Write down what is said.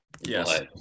Yes